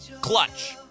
Clutch